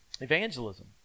evangelism